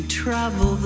travel